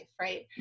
right